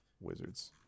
Wizards